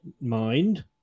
mind